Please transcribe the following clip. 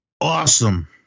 Awesome